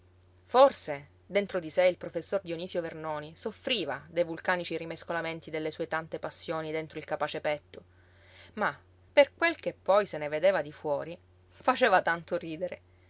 forse dentro di sé il professor dionisio vernoni soffriva dei vulcanici rimescolamenti delle sue tante passioni dentro il capace petto ma per quel che poi se ne vedeva di fuori faceva tanto ridere